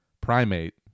primate